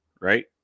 right